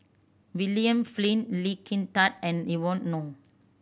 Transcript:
William Flint Lee Kin Tat and Evon Kow